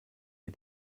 wir